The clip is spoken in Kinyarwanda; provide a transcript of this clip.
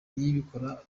niyibikora